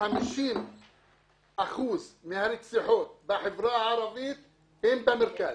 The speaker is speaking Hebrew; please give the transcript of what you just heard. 50 אחוזים מהרציחות בחברה הערבית הם במרכז.